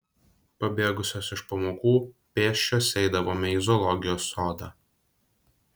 pabėgusios iš pamokų pėsčios eidavome į zoologijos sodą